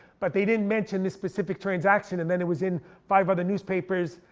but they didn't mention this specific transaction. and then it was in five other newspapers.